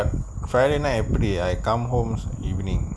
but friday night நான் எப்படி:naan eppadi I come home is evening